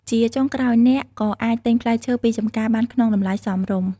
ជាចុងក្រោយ អ្នកក៏អាចទិញផ្លែឈើពីចម្ការបានក្នុងតម្លៃសមរម្យ។